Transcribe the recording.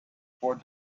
for